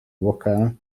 vocal